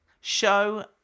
Show